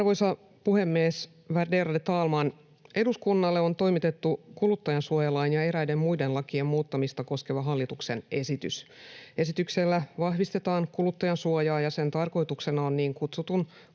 Arvoisa puhemies, värderade talman! Eduskunnalle on toimitettu kuluttajansuojalain ja eräiden muiden lakien muuttamista koskeva hallituksen esitys. Esityksellä vahvistetaan kuluttajansuojaa, ja sen tarkoituksena on niin kutsutun